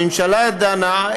והממשלה דנה,